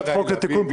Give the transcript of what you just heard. הצעות החוק ימוזגו,